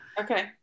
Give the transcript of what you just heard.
Okay